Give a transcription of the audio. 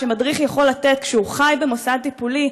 שמדריך יכול לתת כשהוא חי במוסד טיפולי,